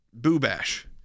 boobash